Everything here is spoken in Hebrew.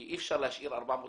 כי אי אפשר להשאיר 450